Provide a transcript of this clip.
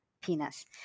penis